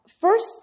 First